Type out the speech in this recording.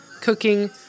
cooking